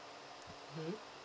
mmhmm